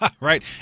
Right